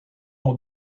nom